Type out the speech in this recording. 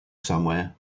somewhere